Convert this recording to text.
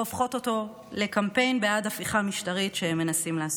והופכות אותו לקמפיין בעד הפיכה משטרית שהם מנסים לעשות.